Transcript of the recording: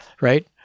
right